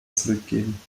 zurückgeben